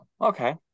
okay